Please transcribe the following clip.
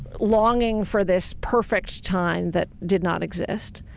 longing for this perfect time that did not exist.